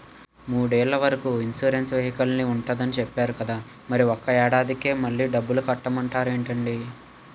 మూడేళ్ల వరకు ఇన్సురెన్సు వెహికల్కి ఉంటుందని చెప్పేరు కదా మరి ఒక్క ఏడాదికే మళ్ళి డబ్బులు కట్టమంటారేంటండీ?